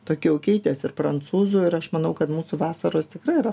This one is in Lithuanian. tokia jau keitės ir prancūzų ir aš manau kad mūsų vasaros tikrai yra